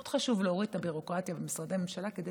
מאוד חשוב להוריד את הביורוקרטיה במשרדי הממשלה כדי